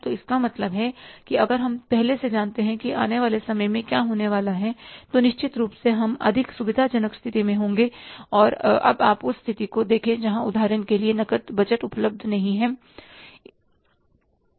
तो इसका मतलब है कि अगर हम पहले से जानते हैं कि आने वाले समय में क्या होने वाला है तो निश्चित रूप से हम अधिक सुविधाजनक स्थिति में होंगे और अब आप उस स्थिति को देखें जहां उदाहरण के लिए नकद बजट उपलब्ध नहीं है